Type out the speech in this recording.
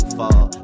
fall